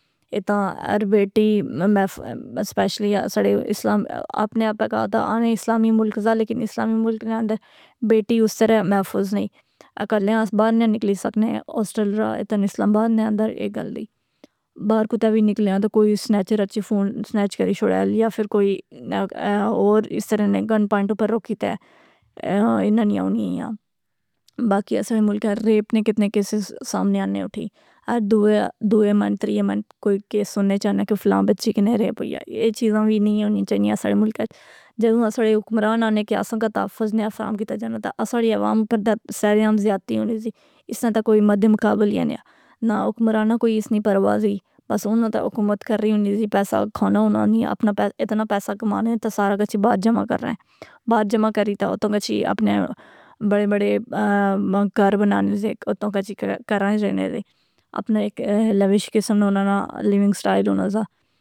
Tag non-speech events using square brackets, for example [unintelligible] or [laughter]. اے تاں ہر بیٹی میں سپیشلی اساڑے اپنے آپے [unintelligible] آہنے اسلامی ملک زا لیکن اسلامی ملک نے اندر بیٹی اس طرح محفوظ نہیں۔ اکیلیاں آس باہر نیاں نکلے سکنے۔ ہوسٹل راہ اتن اسلامباد نے اندر اے گل دی۔ باہر کتے وی نکلیاں تہ کوئی سنیٹچر اچھی فون سنیٹچ کری شوڑا یا فر کوئی اور اس طرح نے گن پوائنٹ اپر روکی تے انانی اونیا۔ باقی اساں نے ملکا ریپ نے کتنے کیسز سامنے آنے اٹھی۔ ہر دوئے منتھ تریے منتھ کوئی کیس سننے چانا کہ فلاں بچی کنے ریپ ہوئی گیا۔ اے چیزایں وی نہیں ہونی چائینیاں اساڑے ملکا اچ۔ جدو اساڑے حکمران اہنے کہ اساں کا تحفظ نیا فراہم کیتا جانا تا اساڑی عوام پر تہ سرعام زیادتی ہونی زی۔ اس ناں تا کوئی مدے مقابل ایانیا۔ نہ حکمراناں کوئی اس نیں پرواہ زی۔ بس اناں تہ حکومت کرری ہونی زی پیسہ کھانا اوناں نی اپنا اتنا پیسہ کمانے تے سارا کچھی باہر جمع کرنے۔ باہر جمع کری تہ اوتوں گچھی اپنے بڑے بڑے گھر بنانے سے اتوں گچھی گھراں اچ رہنے دے۔ اپنا ایک لیوش قسم نا اونا ناں لیونگ سٹائل ہونا زا.